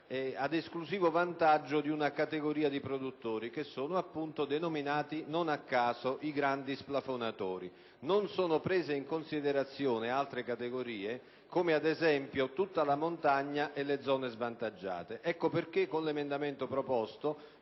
ad esclusivo vantaggio di una categoria di produttori che sono appunto denominati, non a caso, i grandi splafonatori. Non sono prese in considerazione altre categorie, come ad esempio le aziende di montagna e delle zone svantaggiate. Ecco perché, con l'emendamento 18.503